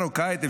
במרוקאית.